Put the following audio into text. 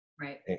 right